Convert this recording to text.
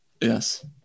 Yes